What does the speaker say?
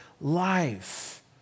life